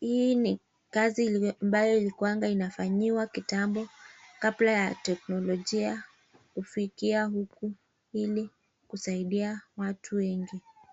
Hii ni kazi ambayo ilikuanga inafanyiwa kitambo kabla ya teknolojia kufikia huku ili kusaidia watu wengi.